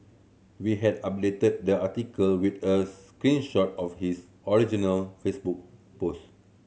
we had updated the article with a screen shot of his original Facebook post